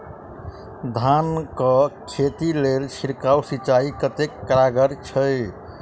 धान कऽ खेती लेल छिड़काव सिंचाई कतेक कारगर छै?